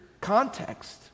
context